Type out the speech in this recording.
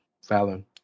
Fallon